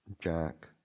Jack